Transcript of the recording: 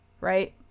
right